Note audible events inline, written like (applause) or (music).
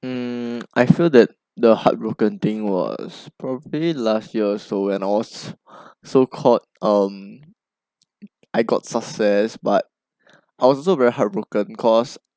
mm I feel that the heartbroken thing was probably last year so when I was (breath) so called um I got success but I was also very heartbroken cause